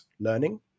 learning